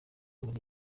muri